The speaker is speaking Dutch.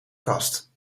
kast